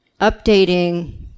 updating